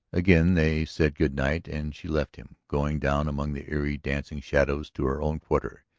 again they said good night and she left him, going down among the eerie dancing shadows to her own quarter,